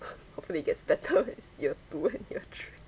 hopefully it gets better when it's year two and year three